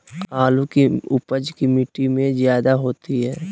आलु की उपज की मिट्टी में जायदा होती है?